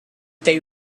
they